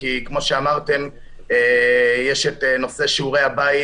כי כמו שאמרתם כי יש את נושא שיעורי בית